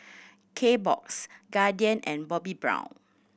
Kbox Guardian and Bobbi Brown